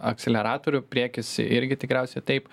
akseleratorių priekis irgi tikriausiai taip